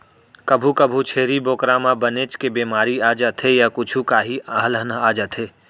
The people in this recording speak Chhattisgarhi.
कभू कभू छेरी बोकरा म बनेच के बेमारी आ जाथे य कुछु काही अलहन आ जाथे